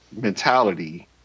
mentality